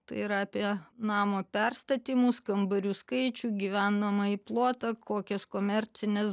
tai yra apie namo perstatymus kambarių skaičių gyvenamąjį plotą kokios komercinės